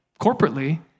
corporately